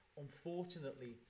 Unfortunately